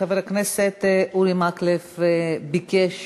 חבר הכנסת אורי מקלב ביקש